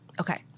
Okay